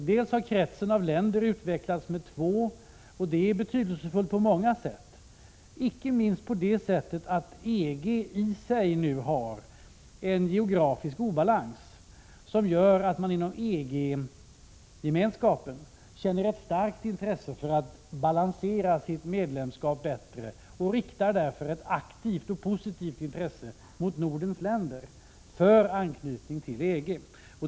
Bl.a. har kretsen av länder utökats med två, vilket är betydelsefullt på många sätt, inte minst därför att EG i sig nu har en geografisk obalans som gör att man inom EG känner ett starkt intresse av att balansera sitt medlemskap bättre och därför riktar ett aktivt och positivt intresse mot Nordens länder för anknytning till EG.